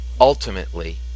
ultimately